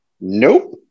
Nope